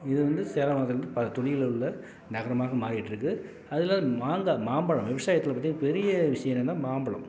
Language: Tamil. இது வந்து சேலம் மாவட்டம் வந்து பல தொழிலில் உள்ள நகரமாக மாறிட்டுருக்கு அதில் மாங்காய் மாம்பழம் விவசாயத்தில் பற்றி பெரிய விஷயம் என்னென்னா மாம்பழம்